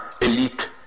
elite